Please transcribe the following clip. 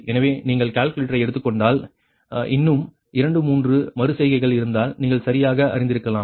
எனவே நீங்கள் கால்குலேட்டரை எடுத்துக்கொண்டால் இன்னும் இரண்டு மூன்று மறு செய்கைகள் இருந்தால் நீங்கள் சரியாக அறிந்திருக்கலாம்